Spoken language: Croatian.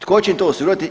Tko će im to osigurati?